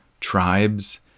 Tribes